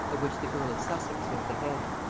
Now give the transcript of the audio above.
of which the earl of sussex was the head.